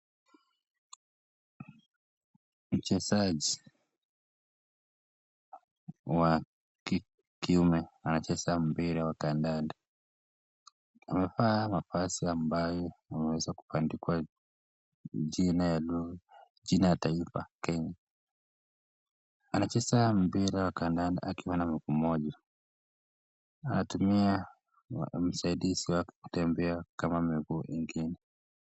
Mchezaji wa kiume anacheza mpira wa kandanda ,amevaa mavazi ambayo yameweza kuandikwa jina ya taifa Kenya , anacheza mpira wa kandanda akiwa na mguu mmoja anatumia msaidizi wake kutembea kama miguu ingine.